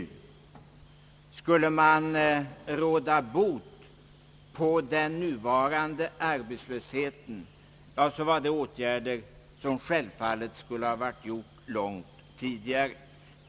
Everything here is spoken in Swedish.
Om man skulle ha förebyggt den nuvarande arbetslösheten skulle det självfallet ha skett genom långt tidigare vidtagna åtgärder.